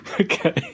Okay